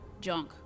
Junk